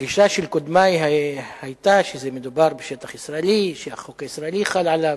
הגישה של קודמי היתה שמדובר בשטח ישראלי שהחוק הישראלי חל עליו,